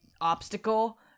obstacle